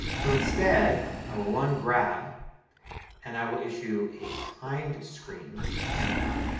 so instead i will run grab and i will issue a timed screen countdown.